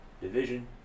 Division